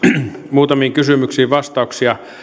muutamiin kysymyksiin vastauksia